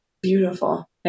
Beautiful